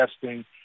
testing